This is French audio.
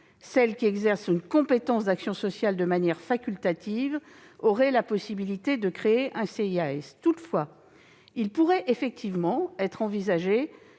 celles qui exercent une compétence d'action sociale de manière facultative auraient la possibilité de créer un CIAS. Toutefois, il pourrait être envisagé